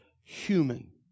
human